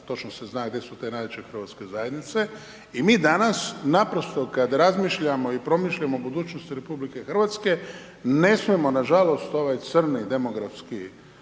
točno se zna gdje su te najjače hrvatske zajednice i mi danas naprosto kad razmišljamo i promišljamo o budućnosti RH, ne smijemo nažalost ovaj crni demografski